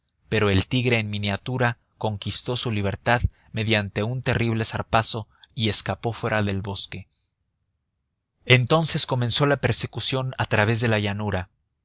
pero el tigre en miniatura conquistó su libertad mediante un terrible zarpazo y escapó fuera del bosque entonces comenzó la persecución a través de la llanura